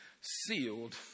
sealed